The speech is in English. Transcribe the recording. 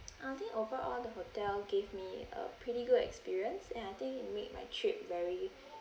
I think overall the hotel gave me a pretty good experience and I think it made my trip very